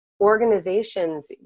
organizations